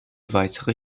weitere